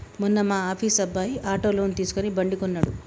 మొన్న మా ఆఫీస్ అబ్బాయి ఆటో లోన్ తీసుకుని బండి కొన్నడు